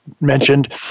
mentioned